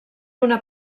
una